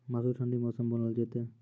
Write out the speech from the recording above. मसूर ठंडी मौसम मे बूनल जेतै?